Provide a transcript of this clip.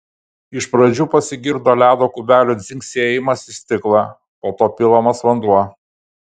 iš pradžių pasigirdo ledo kubelių dzingsėjimas į stiklą po to pilamas vanduo